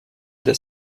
des